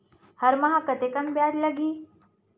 हर माह कतेकन ब्याज लगही?